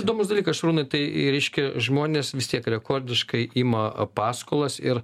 įdomus dalykas šarūnui tai reiškia žmonės vis tiek rekordiškai ima paskolas ir